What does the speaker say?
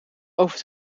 over